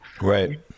Right